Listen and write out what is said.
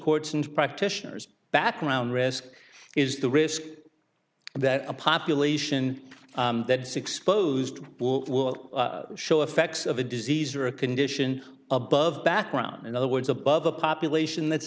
courts and practitioners background risk is the risk that a population that is exposed to show effects of a disease or a condition above background in other words above a population that's